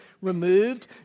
removed